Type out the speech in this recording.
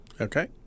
Okay